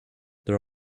there